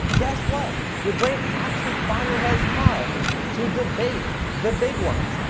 guess what? your brain actually finally has time to debate the big ones,